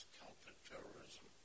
counterterrorism